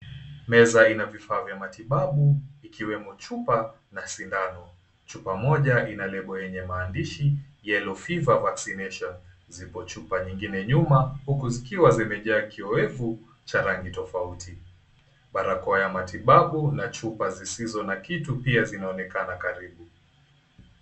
Meza ina vifaa vya matibabu ikiwemo chupa na sindano. Chupa moja ina lebo yenye maandishi, Yellow Fever Vaccination. Zipo chupa nyingine nyuma, huku zikiwa zimejaa kiyowevu cha rangi tofauti. Barakoa ya matibabu na chupa zisizo na kitu pia zinaonekana karibu.